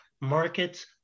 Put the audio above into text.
markets